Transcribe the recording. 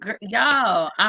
Y'all